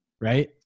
Right